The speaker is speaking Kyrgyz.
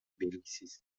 белгисиз